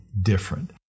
different